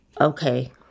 Okay